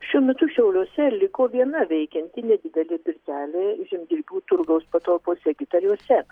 šiuo metu šiauliuose liko viena veikianti nedidelė pirtelė žemdirbių turgaus patalpose gitariuose